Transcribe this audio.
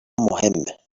مهمه